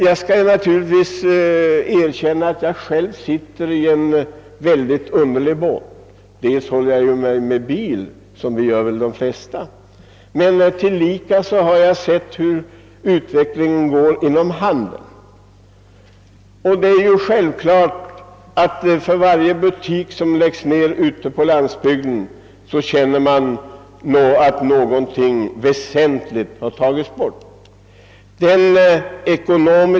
Jag skall naturligtvis erkänna att jag själv befinner mig i en underlig situation, då jag liksom väl de flesta gör håller mig med bil, men också har haft anledning att se hur utvecklingen varit inom handeln. Det är självklart att man för varje butik som läggs ner ute på landsbygden får en känsla av att någonting väsentligt har tagits bort.